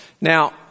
Now